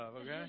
okay